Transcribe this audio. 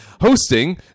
hosting